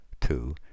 two